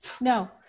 no